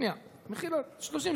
שנייה, מחילה, 30 שניות.